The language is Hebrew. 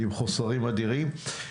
עם חוסרים אדירים,